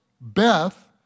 Beth